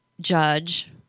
judge